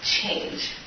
change